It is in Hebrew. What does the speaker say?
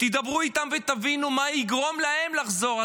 דברו איתם ותבינו מה יגרום להם לחזור.